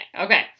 Okay